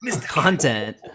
content